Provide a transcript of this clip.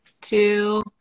two